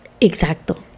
Exacto